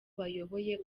bayoboye